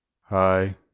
Hi